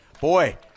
Boy